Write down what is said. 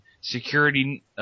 security –